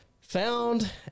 found